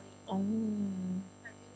oh